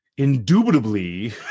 indubitably